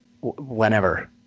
whenever